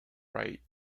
right